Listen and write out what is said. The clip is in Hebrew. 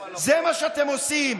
זה מה שאתם עושים,